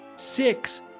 Six